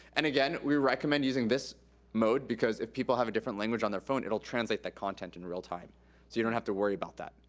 and again, we recommend using this mode because if people have a different language on their phone, it'll translate that content in real time, so you don't have to worry about that.